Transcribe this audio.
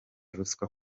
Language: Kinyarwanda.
ruswa